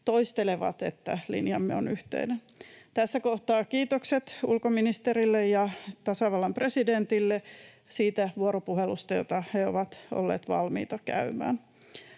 toistelevat, että linjamme on yhteinen. Tässä kohtaa kiitokset ulkoministerille ja tasavallan presidentille siitä vuoropuhelusta, jota he ovat olleet valmiita käymään.